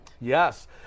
Yes